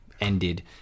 ended